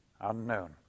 unknown